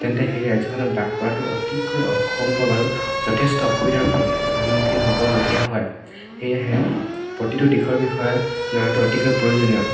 তেন্তে সেই ৰাজ্যখনত বাস কৰাটো অতিকৈ অসম্ভৱ আৰু যথেষ্ট অসুবিধাৰ প্ৰত্যাহ্বানৰ সন্মুখীন হ'বলগীয়া হয় সেয়েহে প্ৰতিটো দিশৰ বিষয়ে জনাটো অতিকৈ প্ৰয়োজনীয়